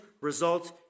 results